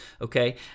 okay